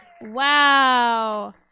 Wow